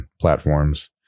platforms